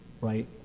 Right